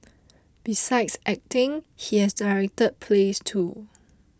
besides acting he has directed plays too